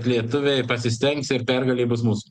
lietuviai pasistengs ir pergalė bus mūsų